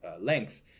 length